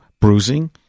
bruising